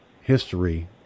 history